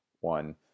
one